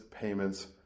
Payments